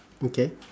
okay